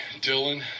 Dylan